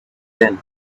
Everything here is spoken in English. when